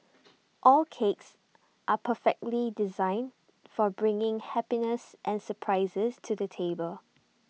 all cakes are perfectly designed for bringing happiness and surprises to the table